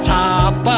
top